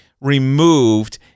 removed